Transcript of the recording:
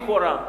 לכאורה,